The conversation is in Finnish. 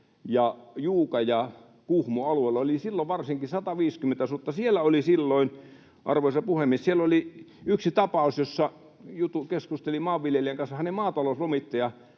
Juuan ja Kuhmon alueella oli silloin 150 sutta. Siellä oli silloin, arvoisa puhemies, yksi tapaus, josta keskustelin maanviljelijän kanssa: Hänen maatalouslomittajaansa,